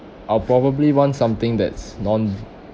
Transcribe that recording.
I'll probably want something that's non